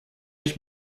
ich